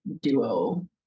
duo